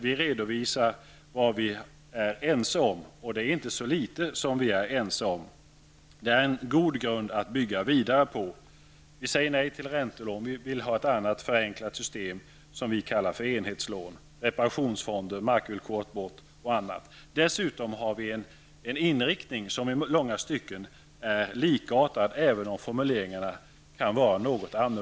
Vi redovisar vad vi är ense om, och det är inte så litet som vi är ense om. Det är en god grund att bygga vidare på. Vi säger nej till räntelån. Vi vill ha ett annat förenklat system som vi kallar för enhetslån, reparationsfonder och markvillkor bort m.m. Dessutom har vi en inriktning som i långa stycken är likartad, även om formuleringarna kan vara något olika.